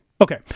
Okay